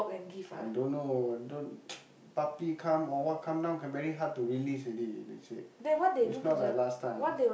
I don't know don't puppy come or what come down now very hard to release already they said it's not like last time